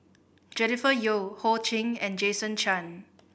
Jennifer Yeo Ho Ching and Jason Chan